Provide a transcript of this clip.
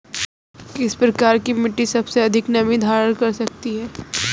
किस प्रकार की मिट्टी सबसे अधिक नमी धारण कर सकती है?